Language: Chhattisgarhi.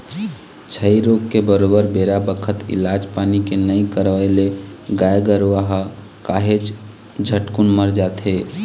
छई रोग के बरोबर बेरा बखत इलाज पानी के नइ करवई ले गाय गरुवा ह काहेच झटकुन मर जाथे